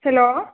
hello